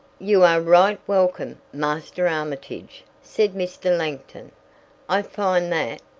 you are right welcome, master armitage, said mr. langton i find that,